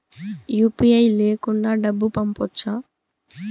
UPI లేకుండా డబ్బు పంపొచ్చా